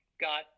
got